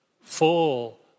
Full